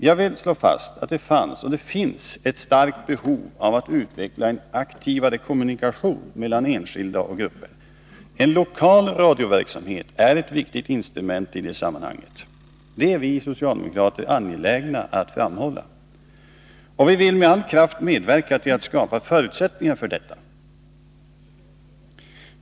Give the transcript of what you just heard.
Jag vill slå fast att det fanns och finns ett starkt behov av att utveckla en aktivare kommunikation mellan enskilda och grupper. En lokal radioverksamhet är ett viktigt instrument i det sammanhanget. Det är vi socialdemokrater angelägna att framhålla, och vi vill med all kraft medverka till att skapa förutsättningar för detta.